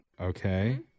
Okay